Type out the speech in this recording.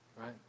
Right